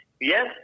Yes